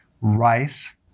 Rice